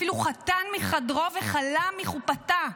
אפילו חתן מחדרו וכלה מחופתה".